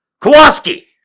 Kowalski